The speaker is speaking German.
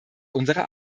unserer